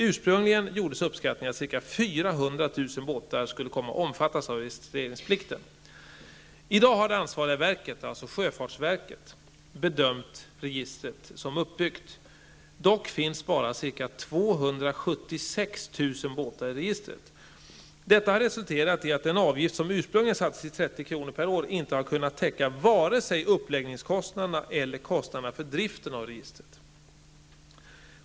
Ursprungligen gjordes uppskattningen att ca 400 000 båtar skulle komma att omfattas av registreringsplikten. I dag har det ansvariga verket, sjöfartsverket, bedömt registret som uppbyggt. Dock finns bara ca 276 000 båtar i registret. Detta har resulterat i att den avgift som ursprungligen sattes till 30 kr. per år inte har kunnat täcka vare sig uppläggningskostnaderna eller kostnaderna för driften av registret.